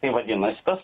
tai vadinasi tas